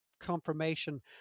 Confirmation